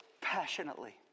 passionately